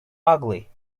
ugly